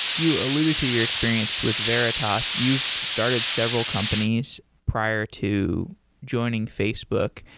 you alluded to your experience with veritas, you've started several companies prior to joining facebook.